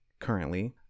currently